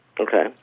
Okay